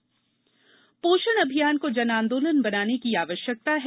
पोषण अभियान पोषण अभियान को जनआंदोलन बनाने की आवश्यकता है